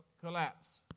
collapse